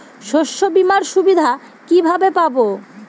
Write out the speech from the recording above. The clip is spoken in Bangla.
শস্যবিমার সুবিধা কিভাবে পাবো?